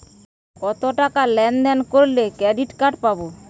কতটাকা লেনদেন করলে ক্রেডিট কার্ড পাব?